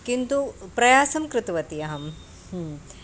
किन्तु प्रयासं कृतवती अहं